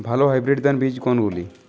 ভালো হাইব্রিড ধান বীজ কোনগুলি?